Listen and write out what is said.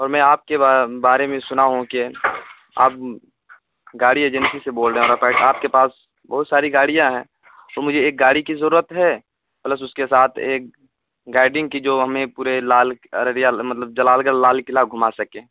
اور میں آپ کے بارے میں سنا ہوں کہ آپ گاڑی ایجنسی سے بول رہے ہیں اور آپ کے پاس بہت ساری گاڑیاں ہیں تو مجھے ایک گاڑی کی ضرورت ہے پلس اس کے ساتھ ایک گائڈنگ کی جو ہمیں پورے لال ارریہ مطلب جلال گڑھ لال قلعہ گھما سکے